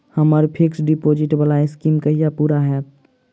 हम्मर fixed deposit वला scheme कहिया पूरा हैत?